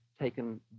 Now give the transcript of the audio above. taken